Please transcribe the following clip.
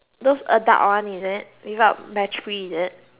those adult one is it with out battery is it